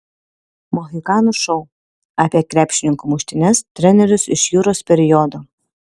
mohikanų šou apie krepšininkų muštynes trenerius iš juros periodo